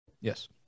Yes